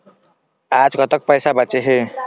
आज कतक पैसा बांचे हे?